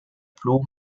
blue